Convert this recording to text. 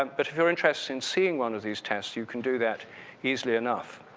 um but if you're interested in seeing one of these tests, you can do that easily enough.